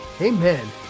Amen